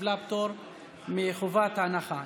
קיבלה פטור מחובת הנחה.